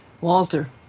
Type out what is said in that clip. Walter